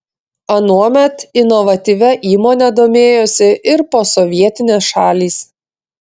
anuomet inovatyvia įmone domėjosi ir posovietinės šalys